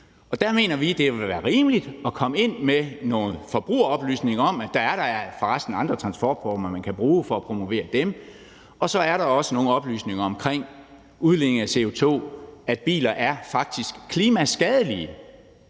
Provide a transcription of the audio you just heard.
Og der mener vi, at det ville være rimeligt at komme ind med nogle forbrugeroplysninger om, at der da forresten er andre transportformer, man kan bruge, for at promovere dem, og at der så også er nogle oplysninger omkring udledning af CO2; at biler faktisk er klimaskadelige,